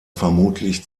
vermutlich